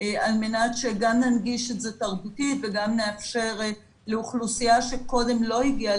על מנת שגם ננגיש את זה תרבותית וגם נאפשר לאוכלוסייה שקודם לא הגיעה